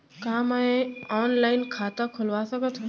का मैं ऑनलाइन खाता खोलवा सकथव?